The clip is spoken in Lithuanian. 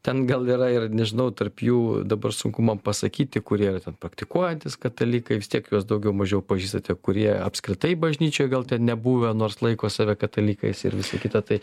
ten gal yra ir nežinau tarp jų dabar sunku man pasakyti kurie yra ten praktikuojantys katalikai vis tiek juos daugiau mažiau pažįstate kurie apskritai bažnyčioj gal ten nebuvę nors laiko save katalikais ir visa kita tai